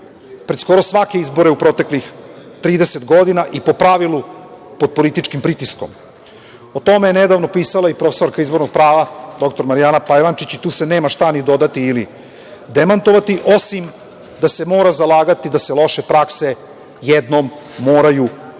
pred skoro svake izbore u proteklih 30 godina i po pravilu pod političkim pritiskom. O tome je nedavno pisala i profesorka izbornog prava, dr Marijana Pajvančić i tu se nema šta ni dodati ili demantovati, osim da se mora zalagati da se loše prakse jednom moraju obustaviti. Kažu